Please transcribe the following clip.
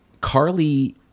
Carly